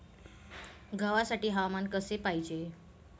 गव्हासाठी हवामान कसे पाहिजे?